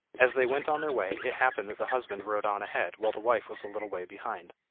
as they went on their way, it happened that the husband rode on ahead, while the wife was a little way behind.